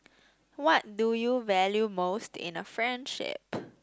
what do you value most in a friendship